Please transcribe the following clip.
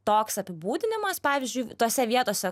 toks apibūdinimas pavyzdžiui tose vietose